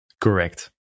correct